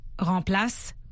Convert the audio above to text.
Remplace